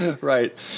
Right